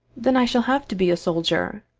then i shall have to be a soldier.